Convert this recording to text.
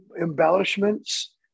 embellishments